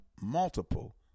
multiple